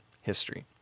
history